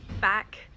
Back